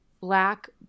black